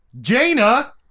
Jaina